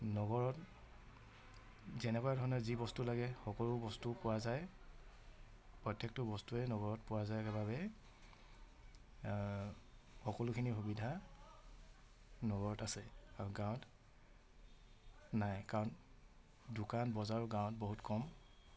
নগৰত যেনেকুৱা ধৰণৰ যি বস্তু লাগে সকলো বস্তু পোৱা যায় প্ৰত্যেকটো বস্তুৱে নগৰত পোৱা যায় বাবে সকলোখিনি সুবিধা নগৰত আছে আৰু গাঁৱত নাই কাৰণ দোকান বজাৰো গাঁৱত বহুত কম